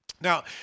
Now